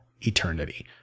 eternity